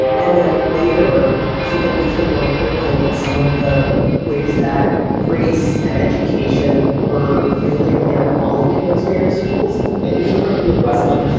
and then later people became more critical of some of the ways that race and education were yielding inequality in those very schools if you're from the midwest, like